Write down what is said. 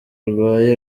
arwaye